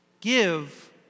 Give